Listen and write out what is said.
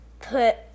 Put